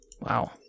Wow